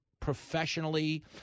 Professionally